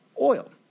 oil